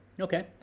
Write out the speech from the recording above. Okay